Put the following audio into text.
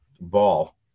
ball